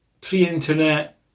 pre-internet